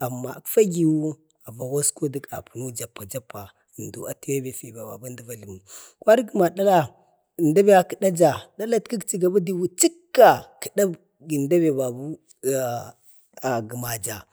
amma gafkegiwu a waska də apunau jappa jappa. əmdabe kədaja dalatkəkchi ga badiwu chikka kəda inda be babu gəmaja